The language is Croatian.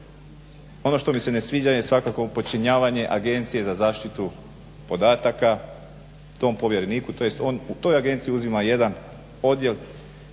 ono što mi se ne sviđa je svakako podčinjavanje Agencije za zaštitu podataka tom povjereniku tj. on u toj agenciji uzima jedan odjel